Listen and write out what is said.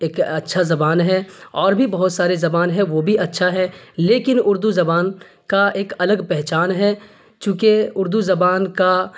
ایک اچھا زبان ہے اور بھی بہت سارے زبان ہے وہ بھی اچھا ہے لیکن اردو زبان کا ایک الگ پہچان ہے چونکہ اردو زبان کا